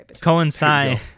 coincide